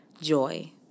joy